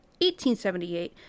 1878